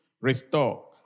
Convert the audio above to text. restore